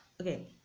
Okay